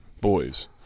boys